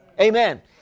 Amen